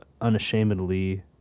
unashamedly